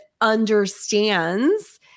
understands